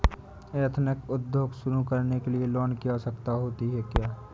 Ethnic उद्योग शुरू करने लिए लोन की आवश्यकता होगी क्या?